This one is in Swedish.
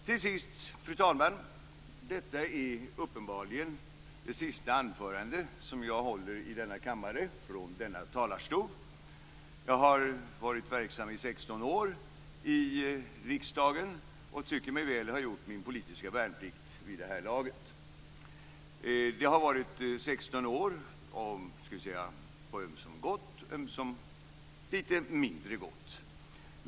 Till sist, fru talman: Detta är uppenbarligen det sista anförande som jag håller i denna kammare från denna talarstol. Jag har varit verksam i 16 år i riksdagen och tycker mig väl ha gjort min politiska värnplikt vid det här laget. Det har varit 16 år på ömsom gott, ömsom litet mindre gott.